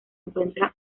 encuentra